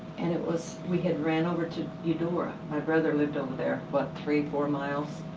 and it was we had ran over to eudora, my brother lived over there, but three, four miles.